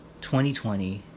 2020